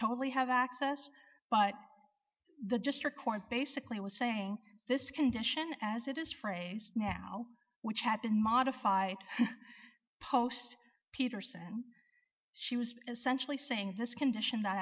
totally have access but the district court basically was saying this condition as it is phrased now which had been modified post peterson she was essentially saying this condition that